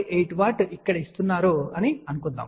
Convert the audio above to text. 8 W ఇక్కడ ఇస్తున్నారని అనుకుందాం